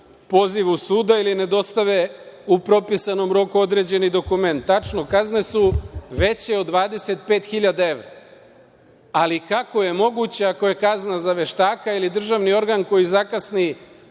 pozivu suda ili ne dostave u propisanom roku određeni dokument. Tačno, kazne su veće od 25 hiljada evra, ali kako je moguće ako je kazna za veštaka ili državni organ koji zakasni